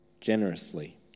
generously